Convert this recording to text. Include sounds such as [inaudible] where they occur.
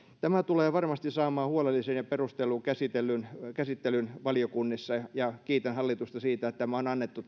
tämä tulee varmasti saamaan huolellisen ja perustellun käsittelyn käsittelyn valiokunnissa ja kiitän hallitusta siitä että tämä lakiesitys on annettu [unintelligible]